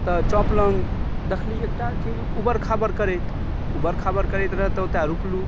तऽ चाँप लग देखलियै एकटा चीज उबर खाबर करैत तऽ उबर खाबर करैत रहै तऽ ओतऽ रुकलहुॅं